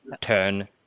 turn